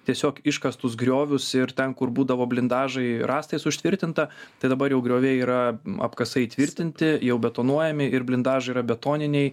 tiesiog iškastus griovius ir ten kur būdavo blindažai rąstais užtvirtinta tai dabar jau grioviai yra apkasai įtvirtinti jau betonuojami ir blindažai yra betoniniai